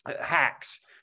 hacks